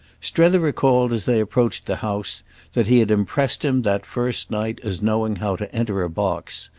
strether recalled as they approached the house that he had impressed him that first night as knowing how to enter a box.